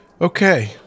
Okay